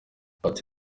yagize